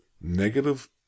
negative